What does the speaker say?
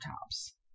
tops